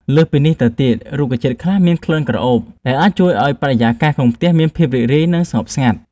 លើសពីនេះទៅទៀត រុក្ខជាតិខ្លះមានក្លិនក្រអូប ដែលអាចជួយធ្វើឲ្យបរិយាកាសក្នុងផ្ទះមានភាពរីករាយ និងស្ងប់ស្ងាត់។